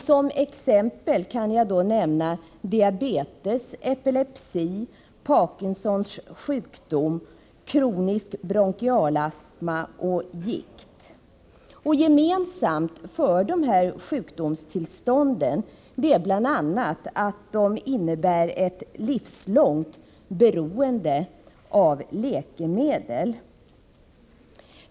Som exempel kan jag nämna diabetes, epilepsi, Parkinsons sjukdom, kronisk bronkialastma och gikt. Gemensamt för dessa sjukdomstillstånd är bl.a. att de innebär ett livslångt beroende av läkemedel.